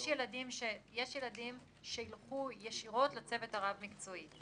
יש ילדים שילכו ישירות לצוות הרב-מקצועי.